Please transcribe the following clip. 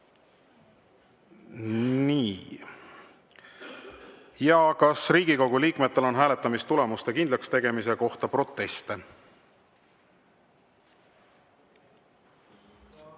Kask. Kas Riigikogu liikmetel on hääletamistulemuste kindlakstegemise kohta proteste?